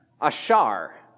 ashar